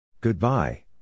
Goodbye